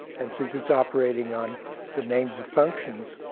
and since it's operating on the names of functions,